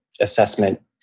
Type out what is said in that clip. assessment